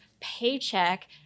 paycheck